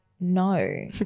No